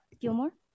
Gilmore